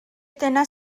dyna